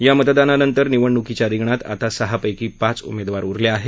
या मतदानानंतर निवडणूकीच्या रिंगणात आता सहापैकी पाच उमेदवार उरले आहेत